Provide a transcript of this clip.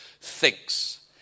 thinks